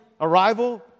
arrival